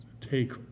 take